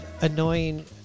annoying